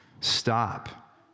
stop